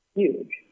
huge